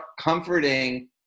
comforting